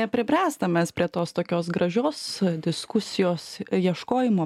nepribręstam prie tos tokios gražios diskusijos ieškojimo